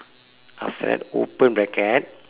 after that open bracket